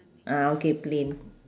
ah okay plain